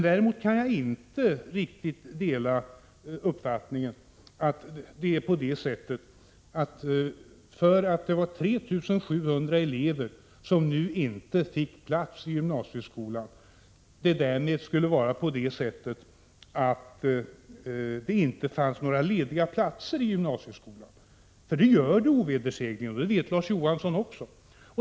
Däremot kan jag inte hålla med om att orsaken till att 3 700 elever inte fick plats i gymnasieskolan var den att det inte fanns några lediga platser i gymnasieskolan. Det gör det ovedersägligt, och det vet Larz Johansson också.